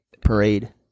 parade